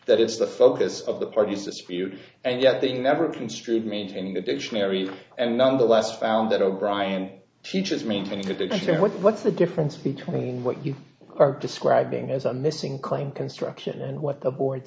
that is the focus of the parties dispute and yet they never construed maintaining the dictionary and nonetheless found that o'brien teaches maintaining that the what's the difference between what you are describing as a missing claim construction and what the board